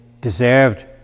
deserved